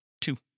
Two